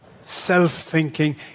self-thinking